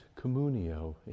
Communio